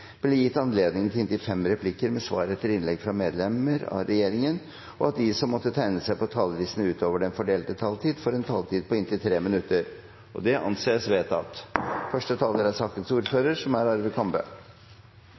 og at de som måtte tegne seg på talerlisten utover den fordelte taletid, får en taletid på inntil 3 minutter. – Det anses vedtatt. Komiteen, med unntak av medlemmer fra SV, støtter regjeringens vurderinger og forslag i proposisjonen. Dessverre er